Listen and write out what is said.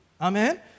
Amen